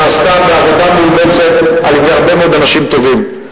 שנעשתה בעבודה מאומצת על-ידי הרבה מאוד אנשים טובים.